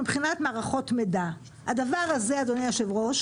אדוני היושב-ראש